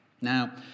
Now